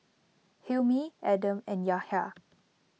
Hilmi Adam and Yahya